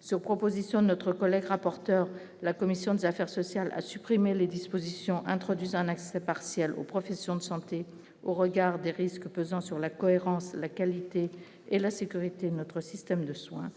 sur proposition de notre collègue rapporteur de la commission des affaires sociales a supprimé les dispositions introduisent un accès partiel aux professions de santé au regard des risques pesant sur la cohérence, la qualité et la sécurité de notre système de soins,